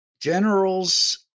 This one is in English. generals